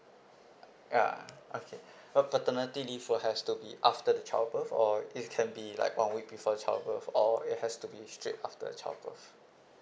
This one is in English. yeah okay for paternity leave uh has to be after the childbirth or it can be like one week before the childbirth or it has to be straight after the childbirth